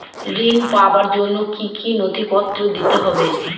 ঋণ পাবার জন্য কি কী নথিপত্র দিতে হবে?